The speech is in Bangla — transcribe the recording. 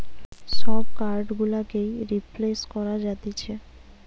সব কার্ড গুলোকেই রিপ্লেস করা যাতিছে